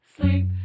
sleep